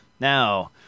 Now